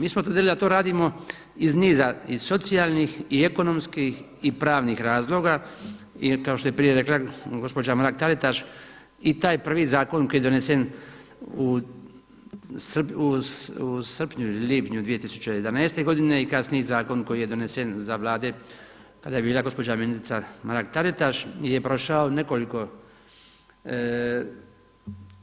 Mi smo tvrdili da to radimo iz niza, iz socijalnih, i ekonomskih, i pravnih razloga jer kao što je prije rekla gospođa Mrak-Taritaš i taj prvi zakon koji je donesen u srpnju ili lipnju 2011. godine i kasniji zakon koji je donesen za Vlade kada je bila gospođa ministrica Mrak-Taritaš je prošao nekoliko